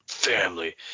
family